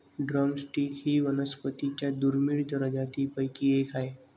drum stick ही वनस्पतीं च्या दुर्मिळ प्रजातींपैकी एक आहे